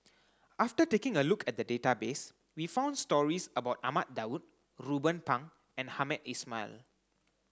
after taking a look at the database we found stories about Ahmad Daud Ruben Pang and Hamed Ismail